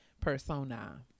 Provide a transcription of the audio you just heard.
persona